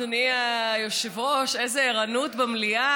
אדוני היושב-ראש, איזו ערנות במליאה.